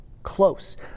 Close